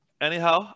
Anyhow